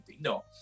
No